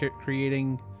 creating